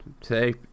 Say